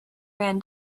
ran